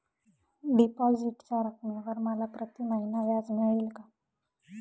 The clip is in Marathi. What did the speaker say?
डिपॉझिटच्या रकमेवर मला प्रतिमहिना व्याज मिळेल का?